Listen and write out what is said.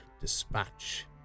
dispatch